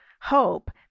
hope